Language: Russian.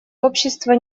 общество